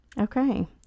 Okay